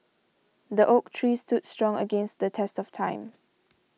the oak tree stood strong against the test of time